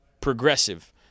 progressive